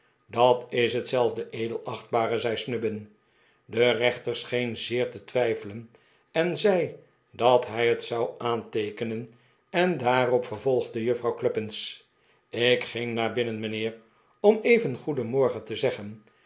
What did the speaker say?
dat is hetzelfde edelachtbare zei snubbin de rechter scheen zeer te twijfelen en zei dat hij het zou aanteekenen en daar op vervolgde juffrouw cluppins ik ging naar binnen mijnheer om even goedenmorgen te zeggen